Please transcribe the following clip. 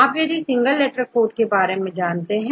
आप सभी single letter code के बारे में जानते हैं